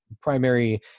primary